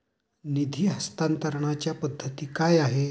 निधी हस्तांतरणाच्या पद्धती काय आहेत?